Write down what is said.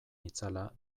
itzala